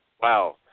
Wow